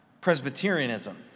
Presbyterianism